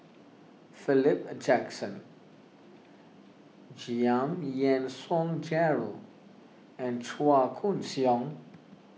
Philip Jackson Giam Yean Song Gerald and Chua Koon Siong